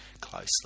closely